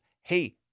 hey